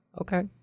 Okay